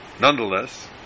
nonetheless